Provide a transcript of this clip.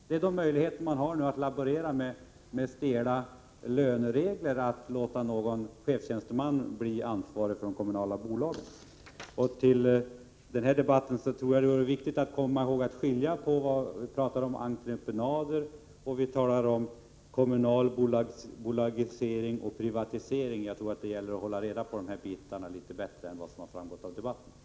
Att låta någon chefstjänsteman bli ansvarig för ett kommunalt bolag är den möjlighet till extra avlöning man har när man har att laborera med stela löneregler. Det är viktigt att komma ihåg att skilja mellan entreprenader, kommunal bolagisering och privatisering. Jag tror att det gäller att hålla reda på de här sakerna litet bättre än som har skett hittills i debatten. Tack!